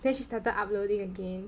then she started uploading again